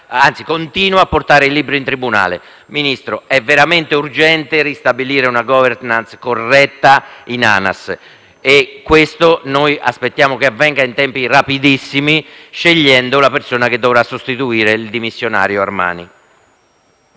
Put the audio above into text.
ANAS continua a portare libri in tribunale. Ministro, è veramente urgente ristabilire una *governance* corretta in ANAS e ci aspettiamo che ciò avvenga in tempi rapidissimi, scegliendo la persona che dovrà sostituire il dimissionario Armani.